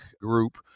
group